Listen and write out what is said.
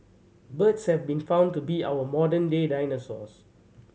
birds have been found to be our modern day dinosaurs